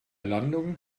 landung